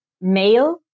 male